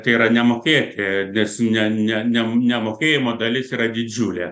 tai yra nemokėti nes ne ne ne nemokėjimo dalis yra didžiulė